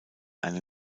eine